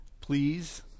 please